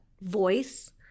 voice